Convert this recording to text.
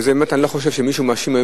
ובאמת אני לא חושב שמישהו מאשים היום